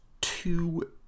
two